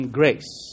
grace